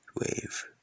wave